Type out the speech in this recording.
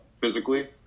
physically